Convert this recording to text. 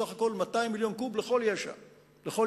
סך הכול 200 מיליון קוב לכל יהודה ושומרון.